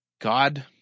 God